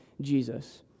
Jesus